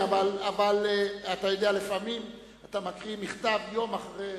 אתה יודע, לפעמים אתה מקריא מכתב יום אחרי,